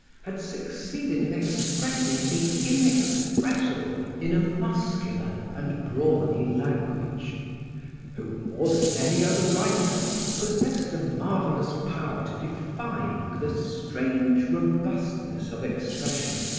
had succeeded in expressing the inexpressible in a muscular and brawny language who, more than any other writer possessed a marvelous power to define with a strange robustness of expression,